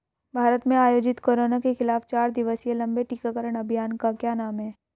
भारत में आयोजित कोरोना के खिलाफ चार दिवसीय लंबे टीकाकरण अभियान का क्या नाम है?